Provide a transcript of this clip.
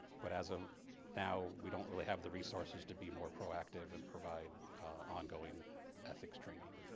but as of now we don't really have the resources to be more proactive and provide ongoing ethics training.